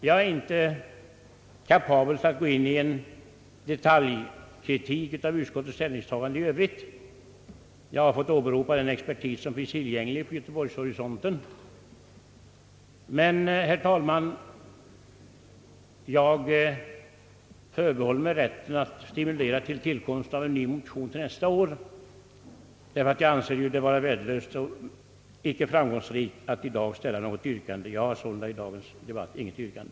Jag är inte kapabel att gå in på en detaljkritik av utskottets ställningstaganden i övrigt. Jag har fått åberopa den expertis som finns tillgänglig vid göteborgshorisonten. Men, herr talman, jag förbehåller mig rätten att stimulera tillkomsten av en ny motion till nästa år, ty jag anser det vara värdelöst och inte framgångsrikt att i dag ställa något yrkande. Jag har således i dagens debatt inte något yrkande.